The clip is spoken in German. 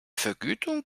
vergütung